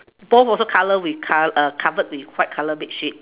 both also colour with car uh covered with white colour bed sheet